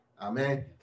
Amen